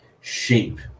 shape